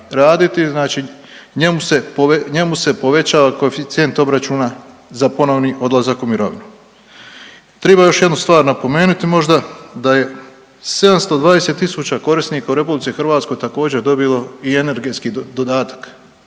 raditi, znači njemu se povećava koeficijent obračuna za ponovni odlazak u mirovinu. Triba još jednu stvar napomenuti možda da je 720 tisuća korisnika u RH također, dobilo i energetski dodatak